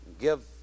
give